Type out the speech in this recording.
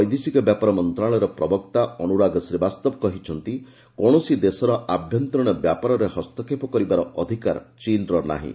ବୈଦେଶିକ ବ୍ୟାପାର ମନ୍ତ୍ରଣାଳୟର ପ୍ରବକ୍ତା ଅନ୍ଦରାଗ ଶ୍ରୀବାସ୍ତବ କହିଛନ୍ତି କୌଣସି ଦେଶର ଆଭ୍ୟନ୍ତରୀଣ ବ୍ୟାପାରରେ ହସ୍ତକ୍ଷେପ କରିବାର ଅଧିକାର ଚୀନ୍ର ନାହିଁ